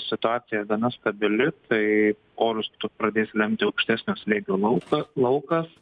situacija gana stabili tai orus pradės lemti aukštesnio slėgio lauką laukas